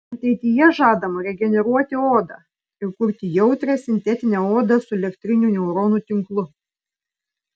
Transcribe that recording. ateityje žadama regeneruoti odą ir kurti jautrią sintetinę odą su elektriniu neuronų tinklu